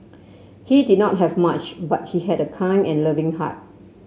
he did not have much but he had a kind and loving heart